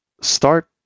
start